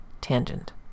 tangent